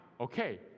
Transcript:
okay